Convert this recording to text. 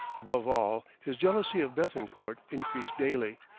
above all, his jealousy of bethencourt increased daily,